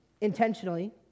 intentionally